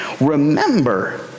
Remember